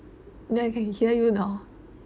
I can hear you now